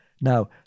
Now